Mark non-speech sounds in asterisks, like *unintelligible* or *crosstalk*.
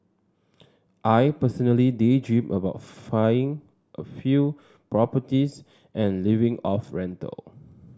I personally daydream about *unintelligible* a few properties and living off rental